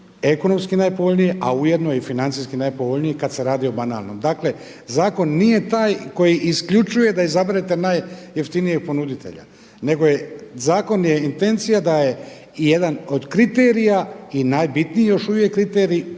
ekonomski najpovoljnije, a ujedno i financijski najpovoljnije kad se radi o banalnom. Dakle, zakon nije taj koji isključuje da izaberete najjeftinijeg ponuditelja nego zakon je intencija da je jedan od kriterija i najbitniji još uvijek kriterij